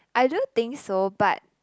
I don't think so but